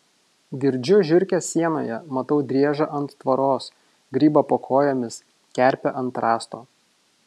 girdžiu žiurkes sienoje matau driežą ant tvoros grybą po kojomis kerpę ant rąsto